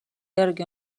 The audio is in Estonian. järgi